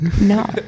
No